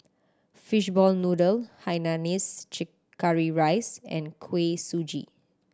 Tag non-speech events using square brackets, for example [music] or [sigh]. fishball noodle Hainanese [unintelligible] curry rice and Kuih Suji